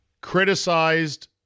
Criticized